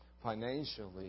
financially